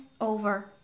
over